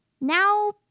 now